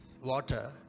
water